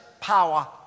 power